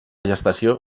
gestació